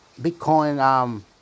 Bitcoin